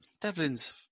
devlin's